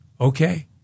okay